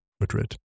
Madrid